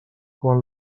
quan